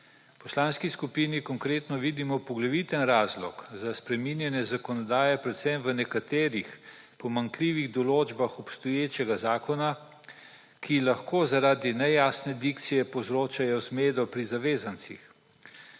V Poslanski skupini Konkretno vidimo poglaviten razlog za spreminjanje zakonodaje predvsem v nekaterih pomanjkljivih določbah obstoječega zakona, ki lahko zaradi nejasne dikcije povzročajo zmedo pri zavezancih.